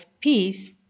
peace